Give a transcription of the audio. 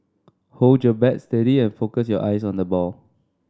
hold your bat steady and focus your eyes on the ball